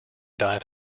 dive